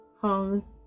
hung